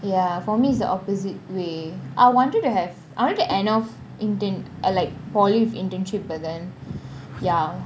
ya for me it's the opposite way I wanted to have I wanted to end off intern I like poly with internship but then ya